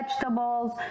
vegetables